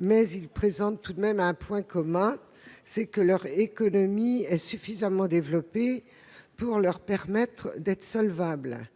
mais ils ont comme point commun une économie suffisamment développée pour leur permettre d'être solvables.